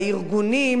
בארגונים,